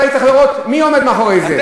היית צריך לראות מי עומד מאחורי זה.